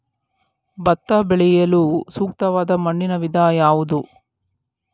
ಭತ್ತ ಬೆಳೆಯಲು ಸೂಕ್ತವಾದ ಮಣ್ಣಿನ ವಿಧ ಯಾವುದು?